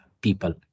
people